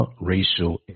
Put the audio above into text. racial